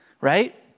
right